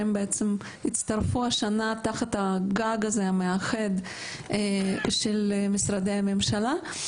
שהם בעצם הצטרפו השנה תחת הגג הזה המאחד של משרדי הממשלה.